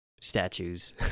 statues